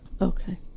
Okay